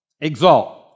Exalt